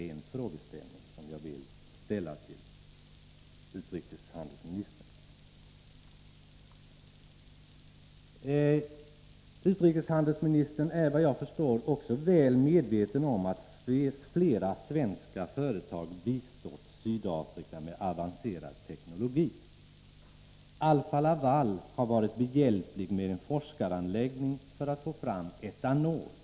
Det är frågor som jag vill ställa till utrikeshandelsministern. Utrikeshandelsministern är såvitt jag förstår väl medveten om att flera svenska företag bistått Sydafrika med avancerad teknologi. Alfa-Laval har varit behjälplig med en forskningsanläggning för att få fram etanol.